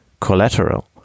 Collateral